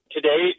Today